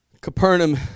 Capernaum